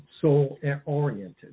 soul-oriented